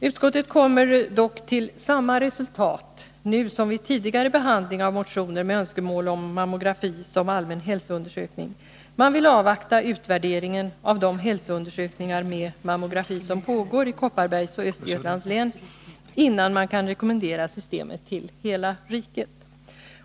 Utskottet kommer dock till samma resultat som vid tidigare behandling av motioner med önskemål om mammografi som allmän hälsoundersökning: man vill avvakta utvärderingen av de hälsoundersökningar med mammografi som pågår i Kopparbergs och Östergötlands län, innan man kan rekommendera systemet till hela riket.